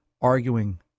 arguing